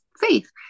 faith